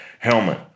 helmet